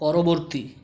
পরবর্তী